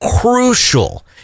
crucial